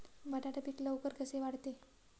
बटाटा पीक लवकर कसे वाढते?